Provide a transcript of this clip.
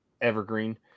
evergreen